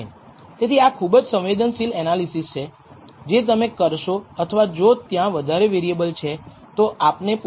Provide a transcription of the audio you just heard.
તે એક કારણ છે કે તમે n 2 દ્વારા વિભાજીત કરી રહ્યાં છો કારણ કે પરિમાણો β0 અને β1 નો અંદાજ કાઢવા માટે બે ડેટા પોઇન્ટનો ઉપયોગ કરવામાં આવ્યો છે